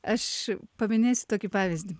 aš paminėsiu tokį pavyzdį